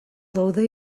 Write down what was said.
daude